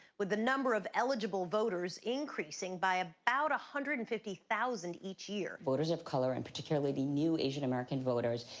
with the number of eligible voters increasing by about one hundred and fifty thousand each year. voters of color and particularly the new asian american voters,